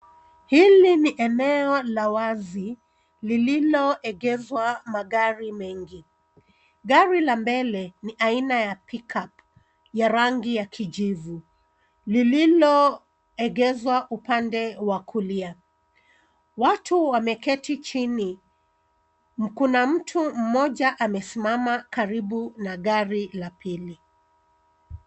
Hili ni eneo la wazi lililoegeshwa magari mengi. Gari la mbele ni aina ya pickup ya rangi ya kijivu lililoegeshwa upande wa kulia. Watu wameketi chini. Kuna mtu mmoja amesimama karibu na gari la pili.